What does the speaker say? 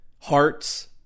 Hearts